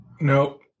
Nope